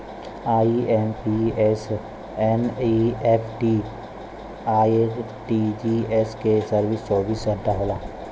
IMPS, NEFT, RTGS क service चौबीस घंटा होला